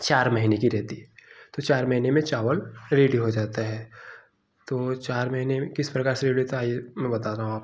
चार महीने की रहती है तो चार महीने में चावल रेडी हो जाता है तो चार महीने में किस प्रकार से विविधता आई है मैं बता रहा हूँ आपको